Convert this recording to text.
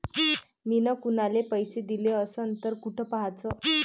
मिन कुनाले पैसे दिले असन तर कुठ पाहाचं?